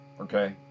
okay